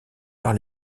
par